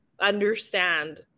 understand